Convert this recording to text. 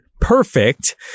Perfect